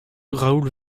raoul